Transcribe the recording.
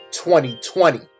2020